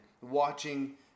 watching